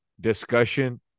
discussion